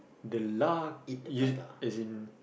the luck it as in